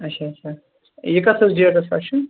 آچھا آچھا یہِ کَتھ حظ ڈیٹس پٮ۪ٹھ چھُ